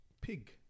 pig